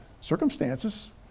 circumstances